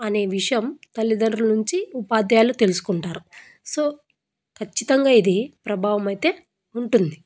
అనే విషయం తల్లిదండ్రుల నుంచి ఉపాధ్యాయులు తెలుసుకుంటారు సో ఖచ్చితంగా ఇది ప్రభావం అయితే ఉంటుంది